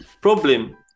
Problem